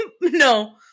No